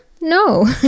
No